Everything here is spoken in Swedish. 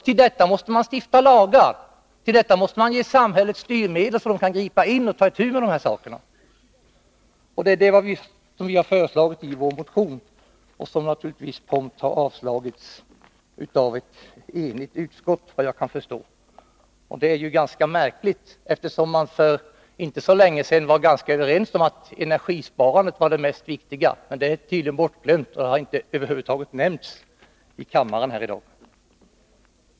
Till detta måste man stifta lagar och ge samhället styrmedel så att det kan gripa in och ta itu med dessa saker. Detta har vi föreslagit i vår motion, som naturligtvis har avstyrkts av ett enigt utskott, såvitt jag kan förstå. Detta är ju märkligt, eftersom man för inte så länge sedan var ganska överens om att energisparande var det viktigaste. Men det är tydligen bortglömt och har över huvud taget inte nämnts i kammaren i dag.